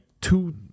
two